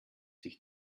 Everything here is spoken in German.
sich